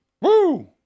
Woo